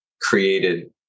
created